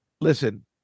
Listen